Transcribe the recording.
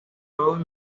todos